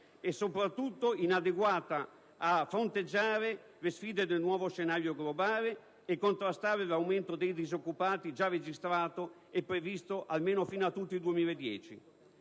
e, soprattutto, inadeguata a fronteggiare le sfide del nuovo scenario globale e contrastare l'aumento dei disoccupati già registrato e previsto almeno fino a tutto il 2010.